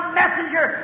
messenger